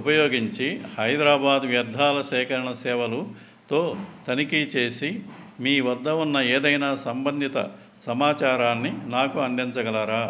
ఉపయోగించి హైదరాబాద్ వ్యర్థాల సేకరణ సేవలుతో తనిఖీ చేసి మీ వద్ద ఉన్న ఏదైనా సంబంధిత సమాచారాన్ని నాకు అందించగలరా